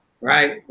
right